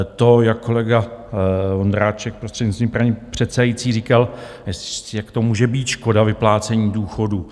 To, jak kolega Vondráček, prostřednictvím paní předsedající, říkal, jak to může být škoda vyplácení důchodů.